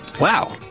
Wow